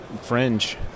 Fringe